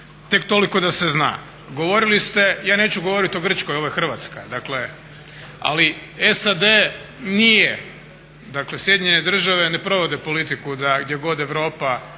Tek toliko da se zna. Govorili ste, ja neću govoriti o Grčkoj, ovo je Hrvatska, ali SAD nije dakle Sjedinjene Države ne provode politiku da gdje god Europa